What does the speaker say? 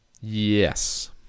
Yes